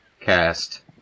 cast